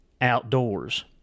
outdoors